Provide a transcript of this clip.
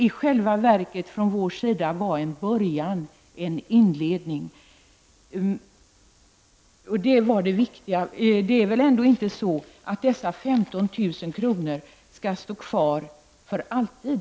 I själva verket var det från vår sida en inledning. Det var det viktiga -- för det är väl ändå inte så, att dessa 15 000 kr. skall stå kvar för alltid?